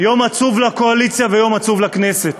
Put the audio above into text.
יום עצוב לקואליציה ויום עצוב לכנסת.